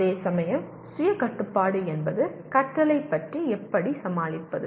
அதேசமயம் சுய கட்டுப்பாடு என்பது கற்றலைப் பற்றி எப்படிச் சமாளிப்பது